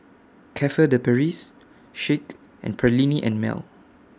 Cafe De Paris Schick and Perllini and Mel